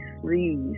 please